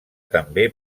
també